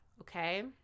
Okay